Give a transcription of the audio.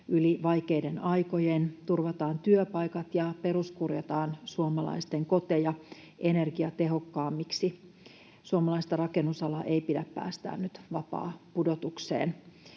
yli vaikeiden aikojen, turvataan työpaikat ja peruskorjataan suomalaisten koteja energiatehokkaammiksi. Suomalaista rakennusalaa ei pidä päästää nyt vapaapudotukseen.